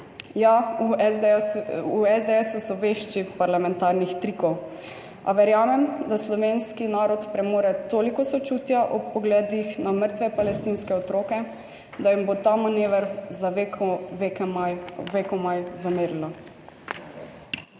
Ja, v SDS so vešči parlamentarnih trikov, a verjamem, da slovenski narod premore toliko sočutja ob pogledih na mrtve palestinske otroke, da jim bo ta manever veke vekomaj zamerilo.